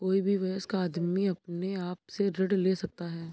कोई भी वयस्क आदमी अपने आप से ऋण ले सकता है